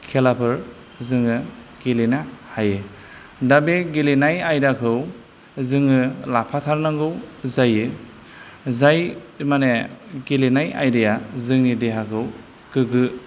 खेलाफोर जोङो गेलेनो हायो दा बे गेलेनाय आयदाखौ जोङो लाफाथारनांगौ जायो जाय माने गेलेनाय आयदाया जोंनि देहाखौ गोग्गो